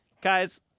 Guys